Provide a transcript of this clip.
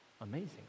amazing